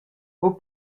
buca